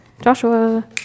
Joshua